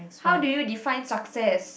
how do you define success